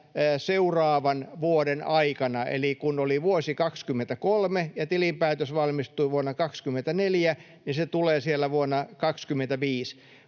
seuraavan vuoden aikana. Eli kun oli vuosi 23 ja tilinpäätös valmistui vuonna 24, niin se tulee siellä vuonna 25,